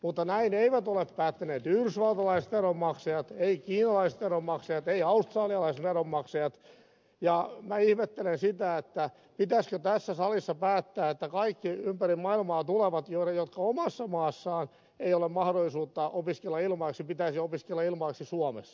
mutta näin eivät ole päättäneet yhdysvaltalaiset veronmaksajat eivät kiinalaiset veronmaksajat eivät australialaiset veronmaksajat ja minä ihmettelen sitä että pitäisikö tässä salissa päättää että kaikkien ympäri maailmaa tulevien joilla omassa maassaan ei ole mahdollisuutta opiskella ilmaiseksi pitäisi opiskella ilmaiseksi suomessa